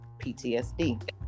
ptsd